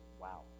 wow